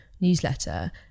newsletter